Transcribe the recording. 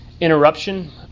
interruption